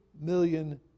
million